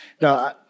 No